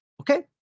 Okay